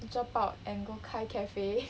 drop out and go 开 cafe